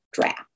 draft